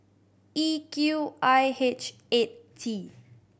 E Q I H eight T